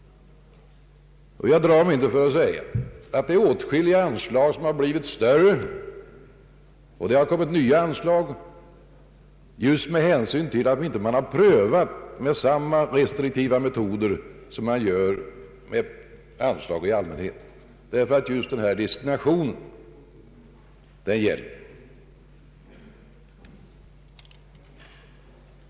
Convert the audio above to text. Jag drar mig inte för att säga, att åtskilliga anslag har blivit större och att man har fått nya anslag just på grund av att man inte prövat enligt samma restriktiva metoder som man gör med anslag i allmänhet, därför att specialdestinationen gäller.